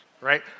Right